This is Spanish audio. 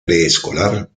preescolar